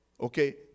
Okay